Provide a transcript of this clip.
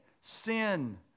sin